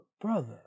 brother